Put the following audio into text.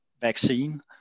Vaccine